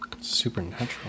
Supernatural